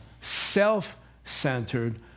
self-centered